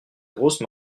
grosse